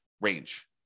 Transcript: range